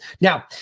Now